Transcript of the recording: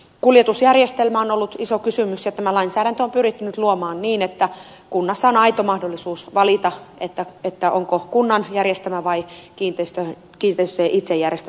kuljetusjärjestelmä on ollut iso kysymys ja tämä lainsäädäntö on pyritty nyt luomaan niin että kunnassa on aito mahdollisuus valita onko kunnan järjestämä vai kiinteistöjen itse järjestämä kuljetusjärjestelmä